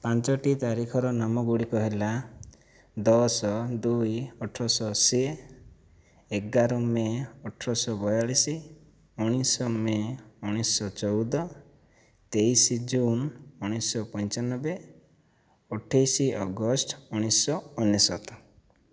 ପାଞ୍ଚଟି ତାରିଖର ନାମ ଗୁଡ଼ିକ ହେଲା ଦଶ ଦୁଇ ଅଠରଶହ ଅଶି ଏଗାର ମେ ଅଠର ଶହ ବୟାଳିଶ ଉଣେଇଶ ମେ ଉଣେଇଶହ ଚଉଦ ତେଇଶ ଜୁନ ଉଣେଇଶହ ପଞ୍ଚାନବେ ଅଠେଇଶ ଅଗଷ୍ଟ ଉଣେଇଶହ ଅନେଶ୍ୱତ